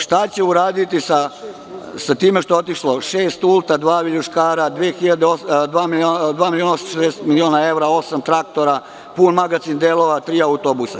Šta će uraditi s time što je otišlo šest ulta, dva viljuškara, dva miliona 860 hiljada evra, osam traktora, pun magacin delova, tri autobusa?